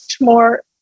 more